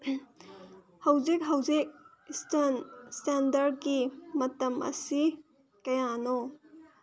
ꯍꯧꯖꯤꯛ ꯍꯧꯖꯤꯛ ꯏꯁꯇꯦꯟꯗꯔꯠꯀꯤ ꯃꯇꯝ ꯑꯁꯤ ꯀꯌꯥꯅꯣ